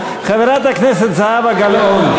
חברת הכנסת זהבה גלאון.